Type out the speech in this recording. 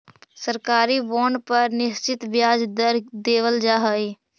सरकारी बॉन्ड पर निश्चित ब्याज दर देवल जा हइ